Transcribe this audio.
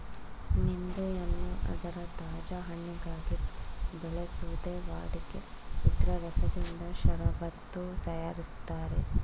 ನಿಂಬೆಯನ್ನು ಅದರ ತಾಜಾ ಹಣ್ಣಿಗಾಗಿ ಬೆಳೆಸೋದೇ ವಾಡಿಕೆ ಇದ್ರ ರಸದಿಂದ ಷರಬತ್ತು ತಯಾರಿಸ್ತಾರೆ